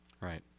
Right